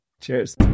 cheers